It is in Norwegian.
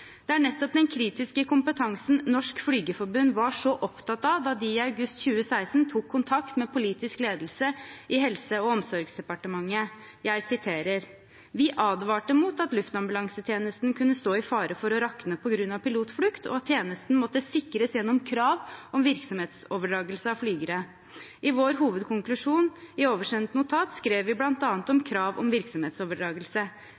Det er nettopp den kritiske kompetansen Norsk Flygerforbund var så opptatt av da de i august 2016 tok kontakt med politisk ledelse i Helse- og omsorgsdepartementet. De advarte mot at luftambulansetjenesten kunne stå i fare for å rakne på grunn av pilotflukt, og sa at tjenesten måtte sikres gjennom krav om virksomhetsoverdragelse av flygere. En hovedkonklusjon i oversendt notat